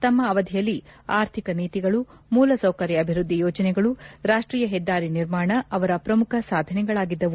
ತಮ್ಮ ಅವಧಿಯಲ್ಲಿ ಅರ್ಥಿಕ ನೀತಿಗಳು ಮೂಲಸೌಕರ್ತ ಅಭಿವೃದ್ದಿ ಯೋಜನೆಗಳು ರಾಷ್ಟೀಯ ಹೆದ್ದಾರಿ ನಿರ್ಮಾಣ ಅವರ ಪ್ರಮುಖ ಸಾಧನೆಗಳಾಗಿದ್ಲವು